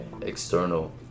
external